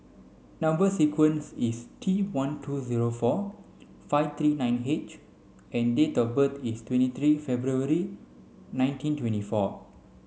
number sequence is T one two zero four five three nine H and date of birth is twenty three February nineteen twenty four